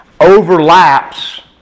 overlaps